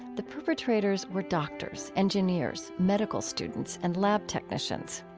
the perpetrators were doctors, engineers, medical students, and lab technicians.